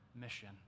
mission